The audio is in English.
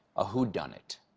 a who done it.